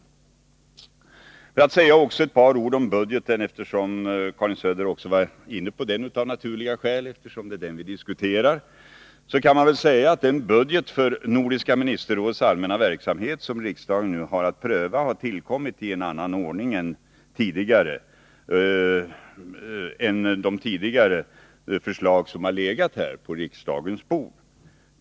Jag skall säga ett par ord om budgeten också, eftersom Karin Söder diskuterade den — av naturliga skäl. Det är ju den vi diskuterar. Man kan väl säga att den budget för Nordiska ministerrådets allmänna verksamhet som riksdagen nu har att pröva har tillkommit i annan ordning än de tidigare förslag som legat på riksdagens bord.